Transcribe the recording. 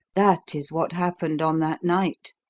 that is what happened on that night.